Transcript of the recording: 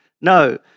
No